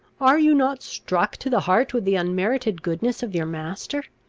are you not struck to the heart with the unmerited goodness of your master?